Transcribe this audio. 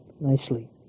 nicely